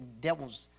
devil's